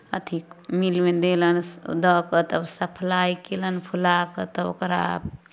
अथि मिलमे देलनि दऽ कऽ तब सप्लाइ कयलनि फुला कऽ तऽ ओकरा